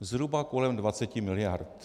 Zhruba kolem 20 miliard.